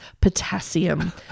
potassium